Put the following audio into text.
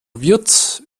wird